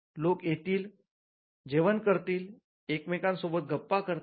लोक येतील जेवण करतील एकमेकां सोबत गप्पा करतील